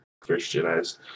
Christianized